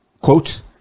quote